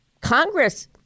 Congress